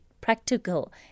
practical